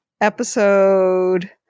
episode